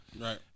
Right